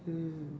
mm